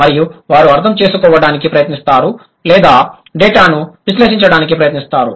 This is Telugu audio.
మరియు వారు అర్థం చేసుకోవడానికి ప్రయత్నిస్తారు లేదా డేటాను విశ్లేషించడానికి ప్రయత్నిస్తారు